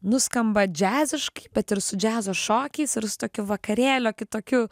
nuskamba džiazišk bet ir su džiazo šokiais ir su tokiu vakarėlio kitokiu